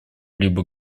либо